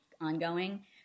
ongoing